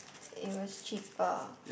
it was cheaper